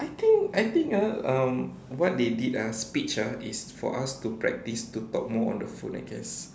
I think I think ah um what they did ah speech ah is for us to practice to talk more on the phone I guess